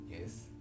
yes